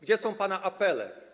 Gdzie są pana apele?